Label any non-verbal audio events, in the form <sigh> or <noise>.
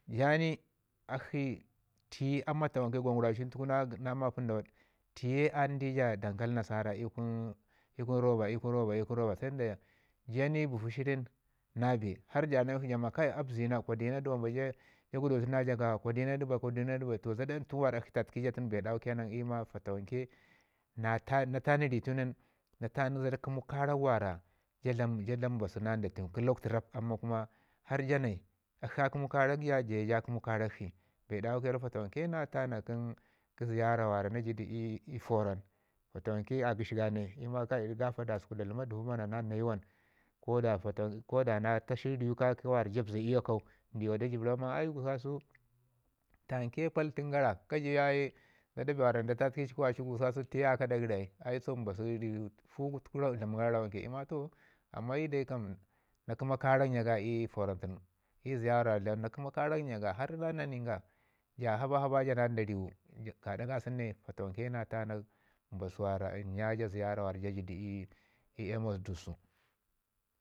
ja ni akshi tiye ama ta wanke gwanguraucin na mapən dawad tiye andi ja dankali nasara i kun roba, i kun roba, i kun roba ja ni bufu shirin na bee har ja ramekshi ja ma kai a bəzi na ja godutuna ja kwadina du bai kwadina du bai, toh zəda ntau mi akshi ntuti ja tunu bee dawu fatawanke na tana na tanu ri tun na tanu zəda ntau mi wara ja dlam ja dlam mbasu na ndau kə lakwtu rab amman har ja nai akshi a kəmu karak ja ja ye ja kəmu karakshi. Bee dawu ke nan fatawanke na tuna kə ziyura na ji du ii porun fatawanke a gəshi ga nai i ma da gafa səku da dlama dəvo nan nayi wam ko da na tasi riwu ka kə ri ja bəze akau ndiwa da jəb ramau ma ai tamke paltən gara ka ju yaye zəda bee da ta tatəki ci kə waci tiye a kə aɗa gəri ai faugu tuku ro dlam gara rawanke i ma toh i dai kam na kəma karak nja ga i faron i ziyara har na nin ga ja haba- haba na nda riwu. kaɗa kasən ne fatawanke tana mbasu wara nja ziyara i <hesitation> Amos Dusu